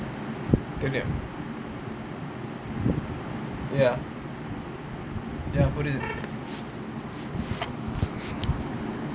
ya புரீது:pureethu